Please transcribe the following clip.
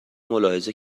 ملاحظه